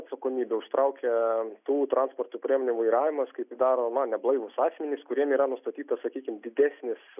atsakomybę užtraukia tų transporto priemonių vairavimas kai tai daro na neblaivūs asmenys kuriem yra nustatytas sakykim didesnis